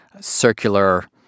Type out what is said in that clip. circular